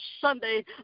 Sunday